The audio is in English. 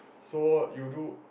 so you do